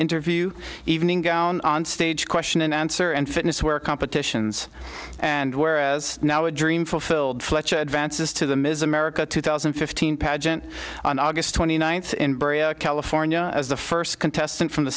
interview evening gown on stage question and answer and fitness were competitions and whereas now a dream fulfilled fletch advances to the miss america two thousand and fifteen pageant on august twenty ninth in california as the first contestant from the